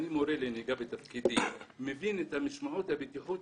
אני מורה לנהיגה בתפקידי, מבין את משמעות הבטיחות